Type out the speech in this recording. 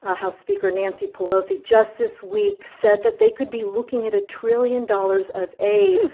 ah house speaker nancy pelosi just this week said that they could be looking at a trillion dollars of aid,